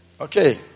Okay